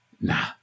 nah